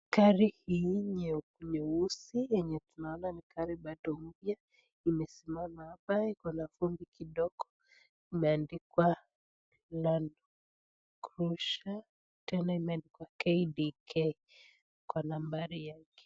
Gari hii yeusi yenye tunaona ni gari bado mpya imesimama. Hapa iko na vumbi kidogo imeandikwa [cs landcriser tena imeandika KDK kwa nambari yake.